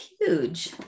huge